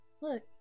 Look